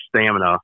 stamina